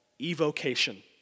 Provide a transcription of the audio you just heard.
evocation